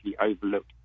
overlooked